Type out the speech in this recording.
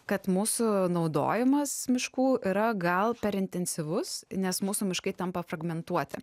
kad mūsų naudojimas miškų yra gal per intensyvus nes mūsų miškai tampa fragmentuoti